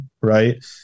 right